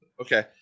Okay